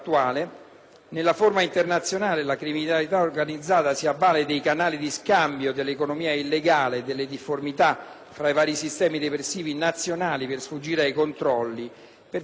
Nella forma internazionale, la criminalità organizzata si avvale dei canali di scambio dell'economia illegale e delle difformità tra i vari sistemi nazionali di lotta all'eversione per sfuggire ai controlli.